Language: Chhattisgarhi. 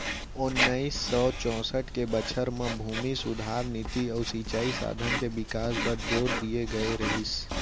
ओन्नाइस सौ चैंसठ के बछर म भूमि सुधार नीति अउ सिंचई साधन के बिकास बर जोर दिए गए रहिस